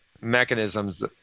mechanisms